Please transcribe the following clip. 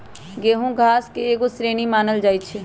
गेहूम घास के एगो श्रेणी मानल जाइ छै